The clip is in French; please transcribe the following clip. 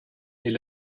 est